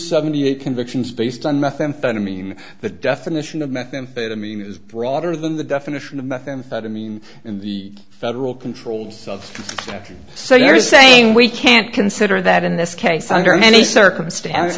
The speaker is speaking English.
seventy eight convictions based on methamphetamine the definition of methamphetamine is broader than the definition of methamphetamine in the federal control of texas so you're saying we can't consider that in this case under any circumstance